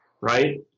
right